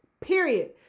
period